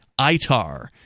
ITAR